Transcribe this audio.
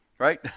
right